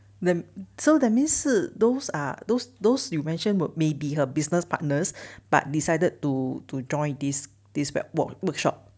then so that means 是 those are those those you mentioned what may be her business partners but decided to to join this this work workshop